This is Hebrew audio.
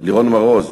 לירון מרוז,